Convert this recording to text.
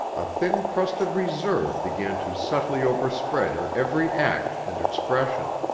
a thin crust of reserve began to subtly overspread her every act and expression.